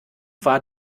war